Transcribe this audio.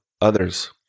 others